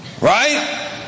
Right